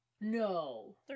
No